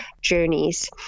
journeys